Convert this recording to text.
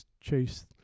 chase